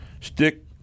Stick